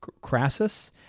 Crassus